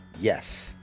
Yes